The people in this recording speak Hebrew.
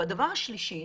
הדבר השלישי,